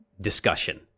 discussion